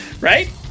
Right